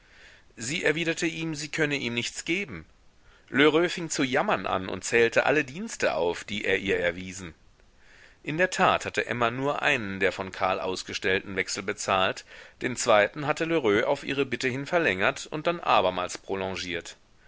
sie erwiderte ihm sie könne ihm nichts geben lheureux fing zu jammern an und zählte alle dienste auf die er ihr erwiesen in der tat hatte emma nur einen der von karl ausgestellten wechsel bezahlt den zweiten hatte lheureux auf ihre bitte hin verlängert und dann abermals